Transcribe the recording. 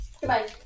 Goodbye